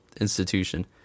institution